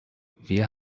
wir